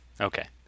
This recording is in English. Okay